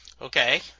Okay